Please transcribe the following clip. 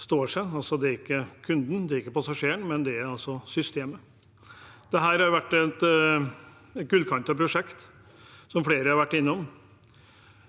det er ikke kunden, det er ikke passasjeren, men det er altså systemet. Dette har vært et gullkantet prosjekt, som flere har vært innom.